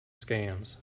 scams